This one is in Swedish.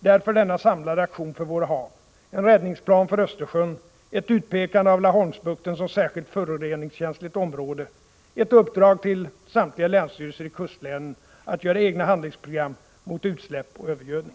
Därför denna samlade aktion för våra hav: — ett utpekande av Laholmsbukten som särskilt föroreningskänsligt område, — ett uppdrag till samtliga länsstyrelser i kustlänen att göra egna handlingsprogram mot utsläpp och övergödning.